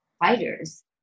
fighters